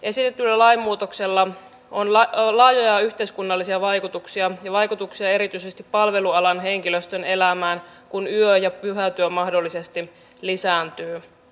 esitetyllä lainmuutoksella on laajoja yhteiskunnallisia vaikutuksia ja vaikutuksia erityisesti palvelualan henkilöstön elämään kun yö ja pyhätyö mahdollisesti lisääntyy